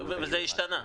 זה השתנה.